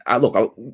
look